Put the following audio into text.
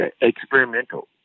experimental